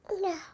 No